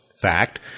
Fact